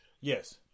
Yes